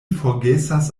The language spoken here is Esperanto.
forgesas